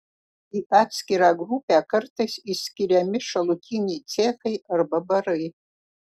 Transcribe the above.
į atskirą grupę kartais išskiriami šalutiniai cechai arba barai